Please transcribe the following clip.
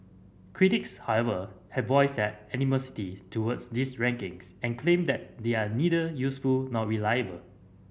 critics however have voiced their animosity towards these rankings and claim that they are neither useful nor reliable